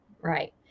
Right